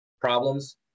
problems